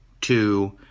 two